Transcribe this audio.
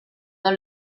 dans